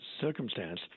circumstance